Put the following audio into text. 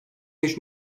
genç